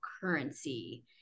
currency